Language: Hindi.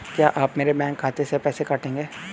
क्या आप मेरे बैंक खाते से पैसे काटेंगे?